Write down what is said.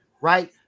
right